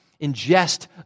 ingest